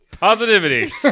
Positivity